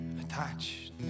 attached